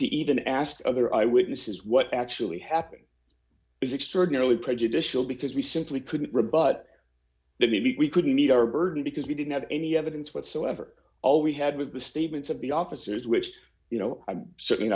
to even asked other eyewitnesses what actually happened is extraordinarily prejudicial because we simply couldn't rebut that maybe we could meet our burden because we didn't have any evidence whatsoever all we had was the statements of the officers which you know i'm certainly